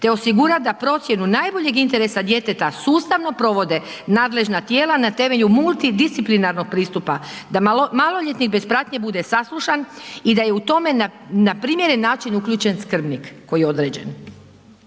te osigurati da procjenu najboljeg interesa djeteta sustavno provode nadležna tijela na temelju multidisciplinarnog pristupa, da maloljetnik bez pratnje bude saslušan i da je u tome na primjeren način uključen skrbnik koji je određen.